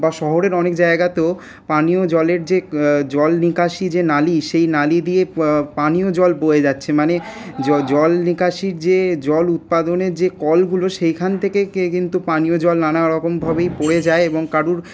বা শহরের অনেক জায়গাতেও পানীয় জলের যে জল নিকাশি যে নালী সেই নালী দিয়ে পানীয় জল বয়ে যাচ্ছে মানে জল নিকাশি যে জল উৎপাদনের যে কলগুলো সেইখান থেকে কিন্তু পানীয় জল নানা রকমভাবেই পড়ে যায় এবং কারুর